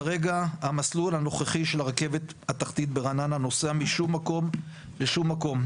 כרגע המסלול הנוכחי של הרכבת התחתית ברעננה נוסע משום מקום לשום מקום,